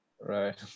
Right